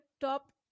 top